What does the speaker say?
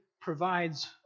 provides